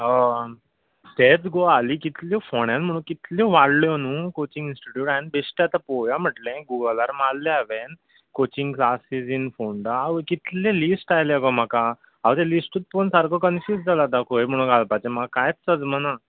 हय तेंच गो हाली कितल्यो फोंड्यांत म्हूण कितल्यो वाडल्यो नू कॉचिंग इन्स्टिट्यूट हांवें बिश्टें आतां पळोवया म्हटलें गुगलार मारलें हांवें कॉचिंग क्लासीस इन फोंडा आवय कितलें लिस्ट आयलें गो म्हाका हांव तें लिस्टूच पळोवन सारको कनफ्यूज जालों खंय म्हणून घालपाचें म्हाका कांयच सजमना